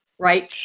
Right